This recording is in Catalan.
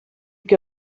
que